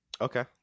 Okay